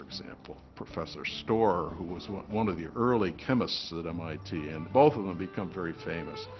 example. professor storer, who was one one of the early chemists at mit. and both of them become very famous.